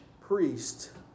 priest